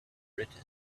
written